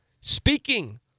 Speaking